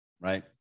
right